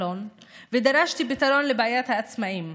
כחלון ודרשתי פתרון לבעיית העצמאים,